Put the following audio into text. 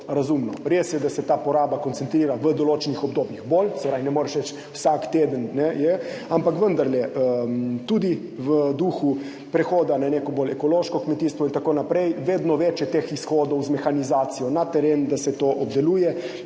razumno. Res je, da se ta poraba koncentrira v določenih obdobjih bolj, se pravi, ne moreš reči vsak teden je, ampak vendarle tudi v duhu prehoda na neko bolj ekološko kmetijstvo in tako naprej, vedno več je teh izhodov z mehanizacijo na teren, da se to obdeluje,